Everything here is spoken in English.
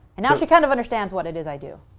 and now she kind of understands what it is i do.